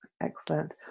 Excellent